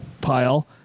pile